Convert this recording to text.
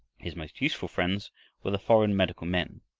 his most useful friends were the foreign medical men.